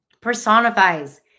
personifies